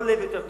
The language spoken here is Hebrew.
לא לב יותר טוב.